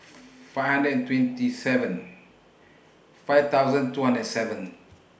five hundred and twenty seven five thousand two hundred seven